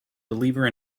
believer